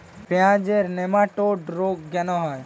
পেঁয়াজের নেমাটোড রোগ কেন হয়?